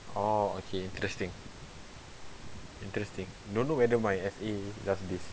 orh okay interesting interesting don't know whether my F_A does this